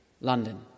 London